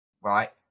right